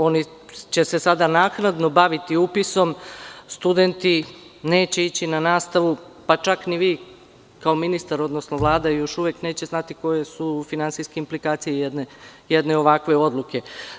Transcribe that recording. Oni će se sada naknadno baviti upisom, studenti neće ići na nastavu, pa čak ni vi, kao ministar, odnosno Vlada, još uvek neće znati koje su finansijske inplikacije jedne ovakve odluke.